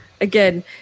Again